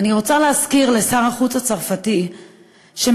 אני רוצה להזכיר לשר החוץ הצרפתי שמדינת